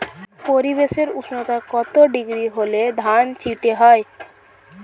পরিবেশের উষ্ণতা কত ডিগ্রি হলে ধান চিটে হয়?